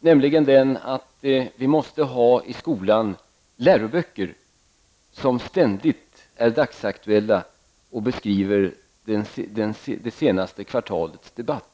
nämligen den att det måste finnas läroböcker i skolan som ständigt är dagsaktuella och korrekt beskriver det senaste kvartalets debatt.